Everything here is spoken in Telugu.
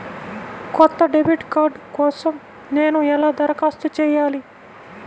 కొత్త డెబిట్ కార్డ్ కోసం నేను ఎలా దరఖాస్తు చేయాలి?